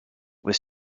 was